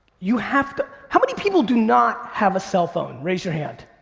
you have to, how many people do not have a cell phone? raise your hand.